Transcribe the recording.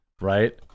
right